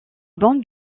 bandes